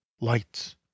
Lights